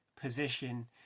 position